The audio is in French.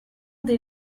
des